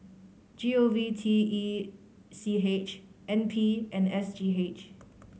G O V T E C H N P and S G H